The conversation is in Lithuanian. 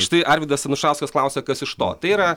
štai arvydas anušauskas klausia kas iš to tai yra